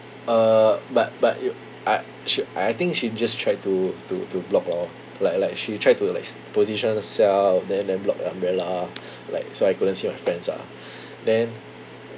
uh but but you I sh~ I I think she just tried to to to block lor like like she tried to like s~ position herself then then block the umbrella like so I couldn't see my friends ah then